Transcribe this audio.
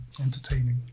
entertaining